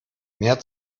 mehr